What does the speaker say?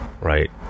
right